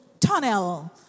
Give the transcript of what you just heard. tunnel